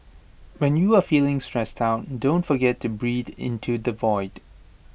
when you are feeling stressed out don't forget to breathe into the void